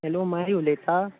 hello मारी उलयता